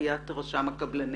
סוגיית רשם הקבלנים.